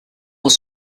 was